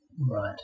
Right